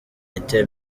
inter